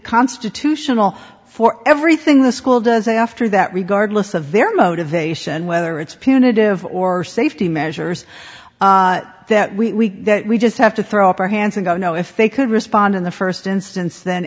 constitutional for everything the school does after that regardless of their motivation whether it's punitive or safety measures that we that we just have to throw up our hands and go no if they could respond in the first instance then